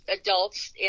adults